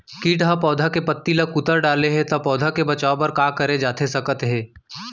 किट ह पौधा के पत्ती का कुतर डाले हे ता पौधा के बचाओ बर का करे जाथे सकत हे?